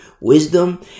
wisdom